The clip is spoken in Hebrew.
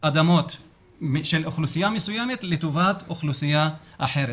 אדמות של אוכלוסייה מסוימת לטובלת אוכלוסייה אחרת.